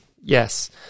Yes